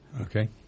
Okay